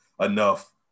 enough